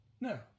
no